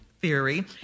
theory